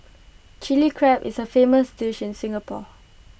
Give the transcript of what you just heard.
Chilli Crab is A famous dish in Singapore